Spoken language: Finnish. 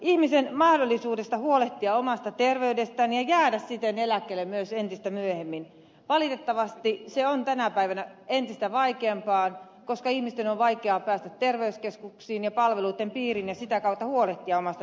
ihmisen mahdollisuus huolehtia omasta terveydestään ja jäädä siten eläkkeelle myös entistä myöhemmin on valitettavasti tänä päivänä entistä vaikeampaa koska ihmisten on vaikea päästä terveyskeskuksiin ja palveluitten piiriin ja sitä kautta huolehtia omasta terveydestään